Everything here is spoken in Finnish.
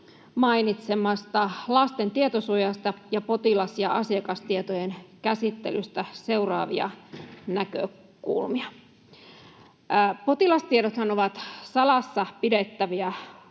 mainitsemasta lasten tietosuojasta ja potilas- ja asiakastietojen käsittelystä seuraavia näkökulmia: Potilastiedothan ovat salassa pidettäviä